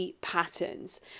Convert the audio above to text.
patterns